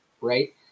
right